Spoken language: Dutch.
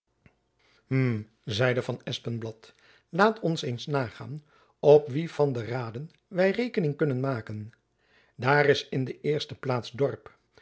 hm zeide van espenblad laat ons eens nagaan op wie van de raden wy rekening kunnen maken daar is in de eerste plaats dorp